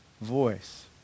voice